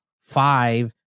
five